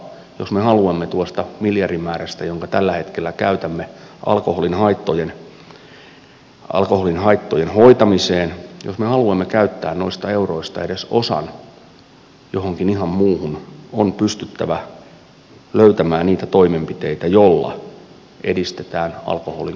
jos me haluamme tuosta miljardimäärästä jonka tällä hetkellä käytämme alkoholin haittojen hoitamiseen noista euroista edes osan käyttää johonkin ihan muuhun on pystyttävä löytämään niitä toimenpiteitä joilla edistetään alkoholin kulutuksen vähentämistä